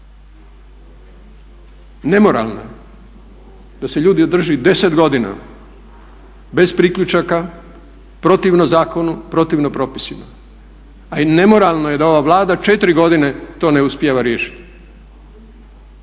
Nemoralno je da se ljude drži 10 godina bez priključaka, protivno zakonu, protivno propisima. A i nemoralno je da ova Vlada 4 godine to ne uspijeva riješiti.